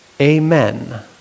Amen